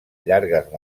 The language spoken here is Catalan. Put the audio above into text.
llargues